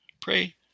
Pray